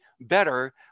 better